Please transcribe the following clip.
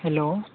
hello